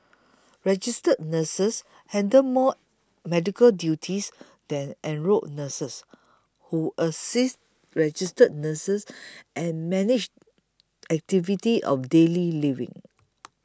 registered nurses handle more medical duties than enrolled nurses who assist registered nurses and manage activities of daily living